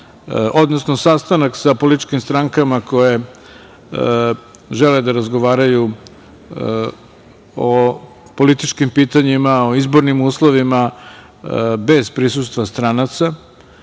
zakazao sastanak sa političkim strankama koje žele da razgovaraju o političkim pitanjima, o izbornim uslovima, bez prisustva stranaca.